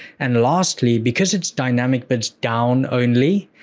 and lastly, because it's dynamic bids-down only,